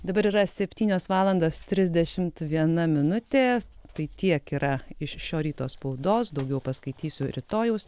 dabar yra septynios valandos trisdešimt viena minutė tai tiek yra iš šio ryto spaudos daugiau paskaitysiu rytojaus